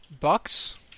Bucks